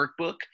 workbook